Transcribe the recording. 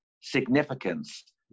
significance